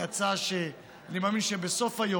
היא הצעה שאני מאמין שבסוף היום,